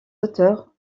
auteurs